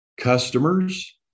customers